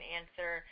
answer